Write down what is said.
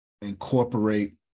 incorporate